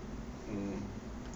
um